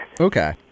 Okay